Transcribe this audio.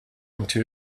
into